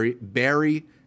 Barry